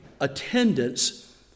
attendance